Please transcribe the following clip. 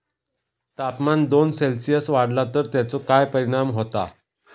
तापमान दोन सेल्सिअस वाढला तर तेचो काय परिणाम होता?